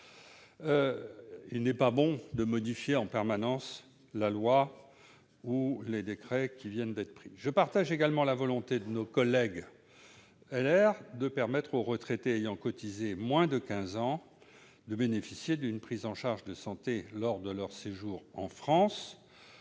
Il n'est pas bon de modifier en permanence la loi ou les décrets qui viennent d'être pris. Je partage également la volonté de nos collègues du groupe Les Républicains de permettre aux retraités ayant cotisé moins de quinze ans de bénéficier d'une prise en charge de santé lors de leur séjour en France.